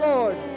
Lord